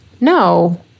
no